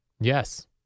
Yes